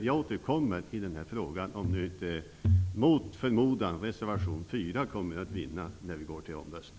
Jag återkommer i den här frågan om nu inte, mot förmodan, reservation 4 vinner när vi går till omröstning.